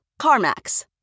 CarMax